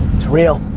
it's real,